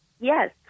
Yes